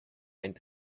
einen